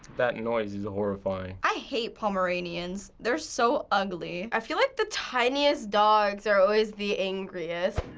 that noise is horrifying. i hate pomeranians. they're so ugly. i feel like the tiniest dogs are always the angriest.